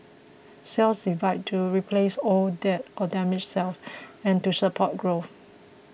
cells divide to replace old dead or damaged cells and to support growth